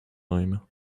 time